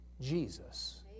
Jesus